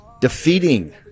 defeating